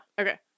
Okay